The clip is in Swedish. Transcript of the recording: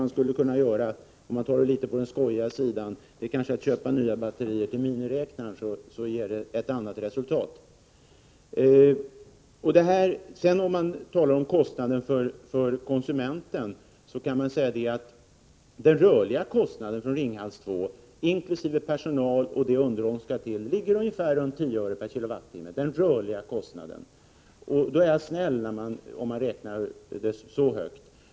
En möjlighet är — om man nu tar det litet skämtsamt — att det blev ett annat resultat om ni köper nya batterier till miniräknaren. Beträffande den rörliga kostnaden i Ringhals 2, inkl. personal och underhåll, ligger den vid 10 öre per kilowattimme, högt räknat.